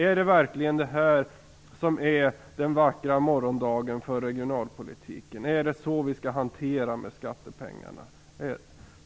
Är det verkligen detta som är den vackra morgondagen för regionalpolitiken? Är det så vi skall hantera skattepengarna?